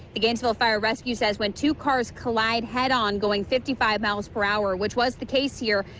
the gainesville fire rescue says when two cars collide head-on going fifty five miles per hour, which was the case here,